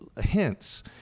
hints